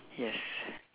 yes